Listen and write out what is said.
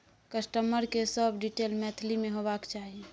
customer के सब detail Maithili में होबाक चाही